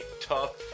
tough